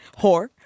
Whore